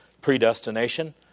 predestination